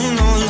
no